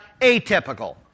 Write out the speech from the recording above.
atypical